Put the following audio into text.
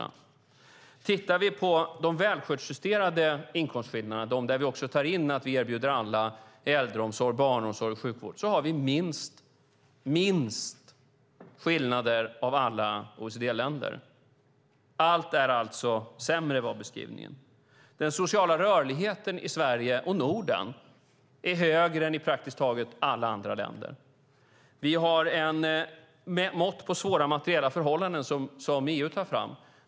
När det gäller de välfärdsjusterade inkomstskillnaderna, där vi också tar in att vi erbjuder alla äldreomsorg, barnomsorg och sjukvård, har vi minst skillnader av alla OECD-länder. Allt har alltså blivit sämre, var beskrivningen. Den sociala rörligheten i Sverige och Norden är högre än i praktiskt taget alla andra länder. Vi har mått på svåra materiella förhållanden som EU tar fram.